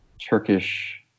Turkish